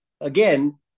again